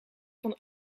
van